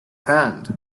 hand